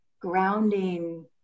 grounding